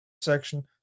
section